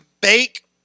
bake